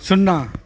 शुन्ना